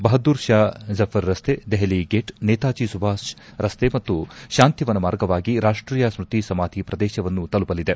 ಬಹದ್ಗೂರ್ ಷಾ ಜಫರ್ ರಸ್ತೆ ದೆಹಲಿ ಗೇಟ್ ನೇತಾಜಿ ಸುಭಾಷ್ ರಸ್ತೆ ಮತ್ತು ಶಾಂತಿವನ ಮಾರ್ಗವಾಗಿ ರಾಷ್ಷೀಯ ಸ್ಥತಿ ಸಮಾಧಿ ಪ್ರದೇಶವನ್ನು ತಲುಪಲಿದೆ